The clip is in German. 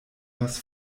was